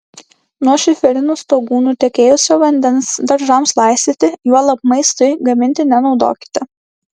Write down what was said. nuo šiferinių stogų nutekėjusio vandens daržams laistyti juolab maistui gaminti nenaudokite